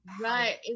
right